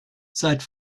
seit